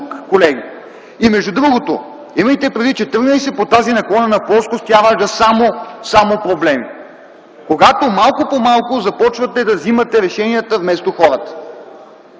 И между другото имайте предвид, че тръгне ли се по тази наклонена плоскост, тя ражда само проблеми, когато малко по малко започвате да вземате решенията вместо хората.